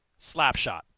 Slapshot